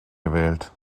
gewählt